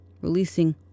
releasing